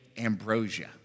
ambrosia